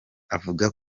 avuga